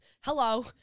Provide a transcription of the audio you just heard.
Hello